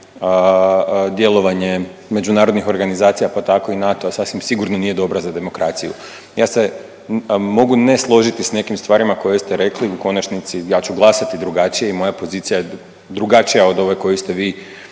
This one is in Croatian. djelovanje međunarodnih organizacija, pa tako i NATO-a sasvim sigurno nije dobra za demokraciju. Ja se mogu ne složiti s nekim stvarima koje ste rekli, u konačnici, ja ću glasati drugačije i moja je pozicija je drugačija od ove koju ste vi